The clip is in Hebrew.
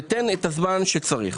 ותן את הזמן שצריך.